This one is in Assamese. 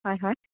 হয় হয়